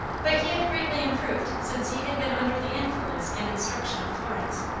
but he had greatly improved since he had been under the influence and instruction of florence.